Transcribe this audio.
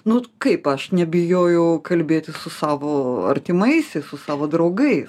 nu vat kaip aš nebijojau kalbėti su savo artimaisiais su savo draugais